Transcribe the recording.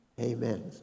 Amen